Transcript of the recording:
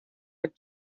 with